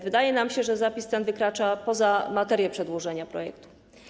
Wydaje nam się, że zapis ten wykracza poza materię przedłożenia projektu.